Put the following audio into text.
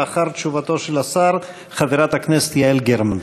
לאחר תשובתו של השר, חברת הכנסת יעל גרמן.